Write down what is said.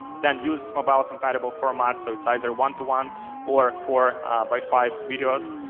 then use mobile compatible formats, so it's either one-to-one or four by five videos.